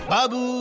Babu